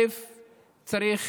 צריך